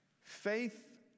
Faith